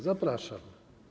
Zapraszam.